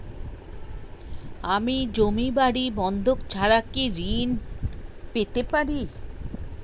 আমি জমি বাড়ি বন্ধক ছাড়া কি ঋণ পেতে পারি?